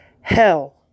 Hell